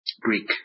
Greek